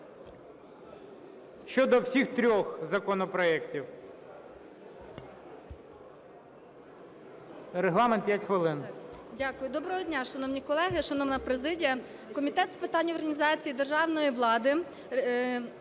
Доброго дня, шановні колеги, шановна президія. Комітет з питань організації державної влади,